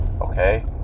Okay